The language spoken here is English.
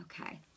okay